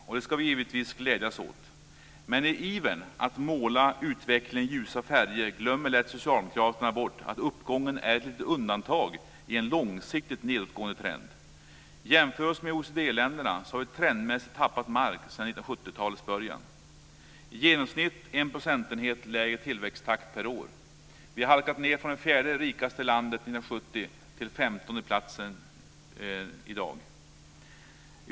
Och det ska vi givetvis glädjas åt. Men i ivern att måla utvecklingen i ljusa färger glömmer socialdemokraterna lätt bort att uppgången är ett litet undantag i en långsiktigt nedåtgående trend. Jämför vi oss med OECD-länderna har vi trendmässigt tappar mark sedan 1970-talets början - i genomsnitt en procentenhet lägre tillväxttakt per år. Vi har halkat ned från det fjärde rikaste landet 1970 till 15:e platsen i dag.